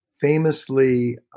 famously